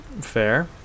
fair